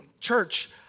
church